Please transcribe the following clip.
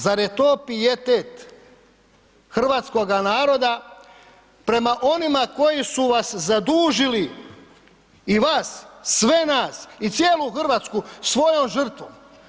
Zar je to pijetet hrvatskoga naroda prema onima koji su vas zadužili i vas sve nas i cijelu Hrvatsku svojom žrtvom?